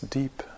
deep